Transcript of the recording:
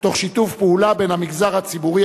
תוך שיתוף פעולה בין המגזר הציבורי,